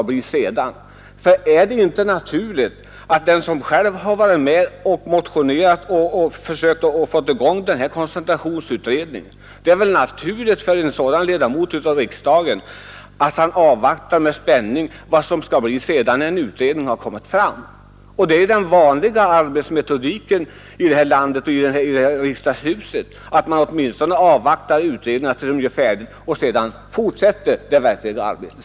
Det är väl naturligt att en ledamot av riksdagen som själv har varit med och motionerat om koncentrationsutredningen med spänning avvaktar vad utredningen skall komma fram till. Det är den vanliga metodiken här i landet och i riksdagen att man avvaktar tills utredningarna blir färdiga och först därefter fortsätter det verkliga arbetet.